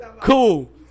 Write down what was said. Cool